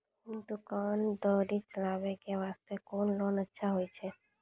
दुकान दौरी चलाबे के बास्ते कुन लोन अच्छा होय छै?